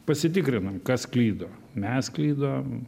pasitikrinam kas klydo mes klydom